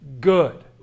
good